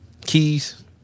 Keys